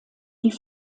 die